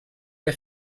der